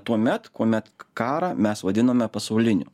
tuomet kuomet karą mes vadiname pasauliniu